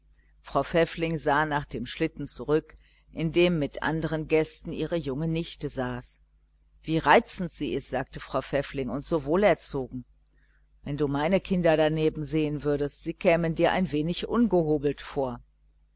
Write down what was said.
frau pfäffling sah nach dem schlitten zurück in dem mit andern gästen ihre junge nichte saß wie reizend ist sie sagte frau pfäffling und so wohlerzogen wenn du meine kinder daneben sehen würdest kämen sie dir ein wenig ungehobelt vor